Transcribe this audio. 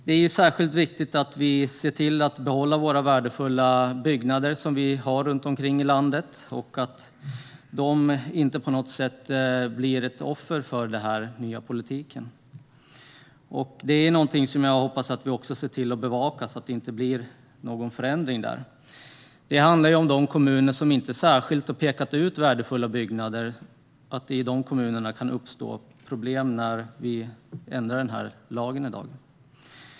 Det är särskilt viktigt att vi ser till att behålla våra värdefulla byggnader runt omkring i landet och att de inte på något sätt blir ett offer för den nya politiken. Jag hoppas att vi bevakar detta så att det inte blir någon förändring där. Det är i de kommuner som inte särskilt har pekat ut värdefulla byggnader som det kan uppstå problem när vi ändrar lagen i dag.